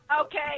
Okay